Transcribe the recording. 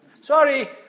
Sorry